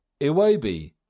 Iwobi